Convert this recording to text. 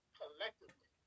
collectively